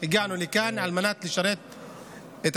הגענו לכאן על מנת להתעמת עם השרים.